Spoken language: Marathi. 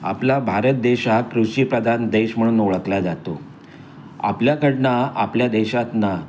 आपला भारत देश हा कृषीप्रधान देश म्हणून ओळखला जातो आपल्याकडनं आपल्या देशात ना